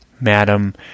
Madam